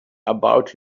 about